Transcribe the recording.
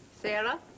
Sarah